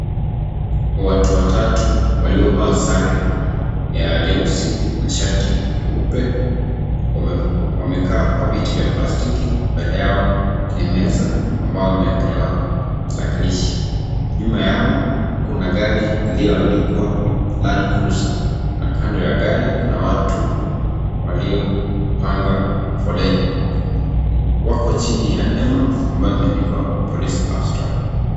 Watu watatu waliovaa sare ya nyeusi na shati nyeupe wamekaa kwa viti vya plastiki, mbele yao ni meza ambao imewekelewa talakilishi, nyuma yao kuna gari iliyoandikwa land cruiser na kando ya gari kuna watu walio panga foleni, wako chini ya hema ambayo imeandikwa police abstract .